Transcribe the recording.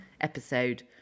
episode